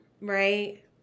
right